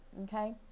okay